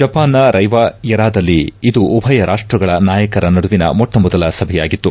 ಜಪಾನ್ನ ರೈವಾ ಎರಾದಲ್ಲಿ ಇದು ಉಭಯ ರಾಷ್ಟಗಳ ನಾಯಕರ ನಡುವಿನ ಮೊಟ್ಟಮೊದಲ ಸಭೆಯಾಗಿತ್ತು